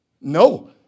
No